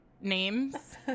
names